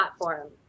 platform